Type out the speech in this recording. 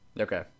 Okay